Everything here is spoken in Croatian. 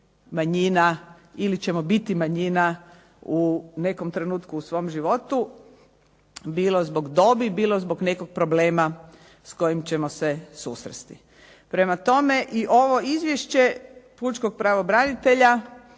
manjina ili ćemo biti manjina u nekom trenutku u svom životu, bilo zbog dobi, bilo zbog nekog problema s kojim ćemo se susresti. Prema tome i ovo izvješće pučkog pravobranitelja,